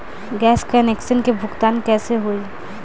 Gas connection के भुगतान कैसे होइ?